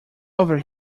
over